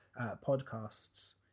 podcasts